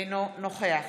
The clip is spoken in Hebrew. אינו נוכח